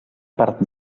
part